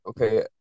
okay